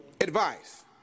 advice